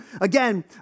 again